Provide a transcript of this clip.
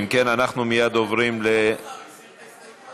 אם כן, אנחנו מייד עוברים, הוא מסיר את ההסתייגות?